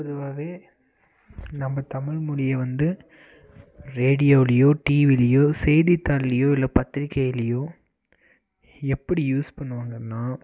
பொதுவாகவே நம்ம தமிழ் மொழியை வந்து ரேடியோலேயோ டிவிலேயோ செய்தித்தாள்லேயோ இல்லை பத்திரிக்கையிலேயோ எப்படி யூஸ் பண்ணுவாங்கனா